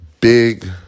big